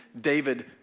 David